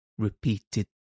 repeated